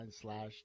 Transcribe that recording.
slash